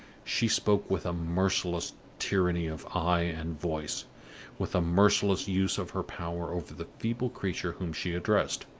she spoke with a merciless tyranny of eye and voice with a merciless use of her power over the feeble creature whom she addressed.